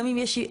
גם אם יש,